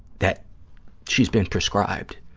that she's been prescribed,